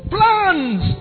Plans